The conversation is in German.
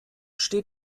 steht